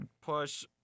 push